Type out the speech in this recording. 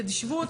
תשבו,